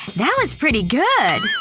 that was pretty good!